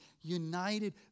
united